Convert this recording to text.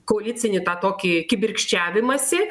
koalicinį tą tokį kibirkščiavimąsi